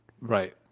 Right